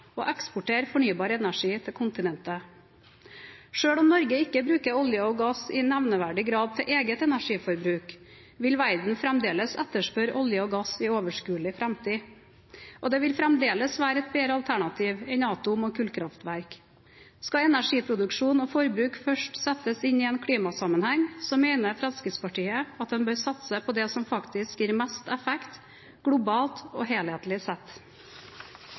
og eksportere fornybar energi til kontinentet. Selv om Norge ikke bruker olje og gass i nevneverdig grad til eget energiforbruk, vil verden fremdeles etterspørre olje og gass i overskuelig framtid, og det vil fremdeles være et bedre alternativ enn atom- og kullkraftverk. Skal energiproduksjon og forbruk først settes inn i en klimasammenheng, mener Fremskrittspartiet at en bør satse på det som faktisk gir mest effekt globalt og helhetlig sett.